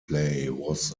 was